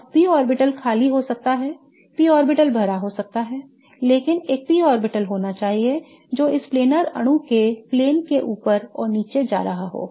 अब p orbital खाली हो सकता है p ऑर्बिटल भरा हो सकता है लेकिन एक p ऑर्बिटल होना चाहिए जो इस प्लेनर अणु के प्लेन के ऊपर और नीचे जा रहा है